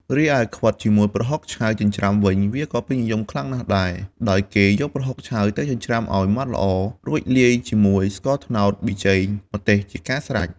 រីឯ ខ្វិតជាមួយប្រហុកឆៅចិញ្ច្រាំវិញ វាក៏ពេញនិយមខ្លាំងណាស់ដែរ ដោយគេយកប្រហុកឆៅទៅចិញ្ច្រាំឲ្យម៉ត់ល្អ រួចលាយជាមួយស្ករត្នោត ប៊ីចេង ម្ទេស ជាការស្រេច។